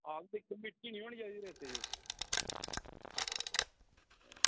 ओह् दिक्खेओ मिट्टी निं होनी चाहिदी रेते बिच्च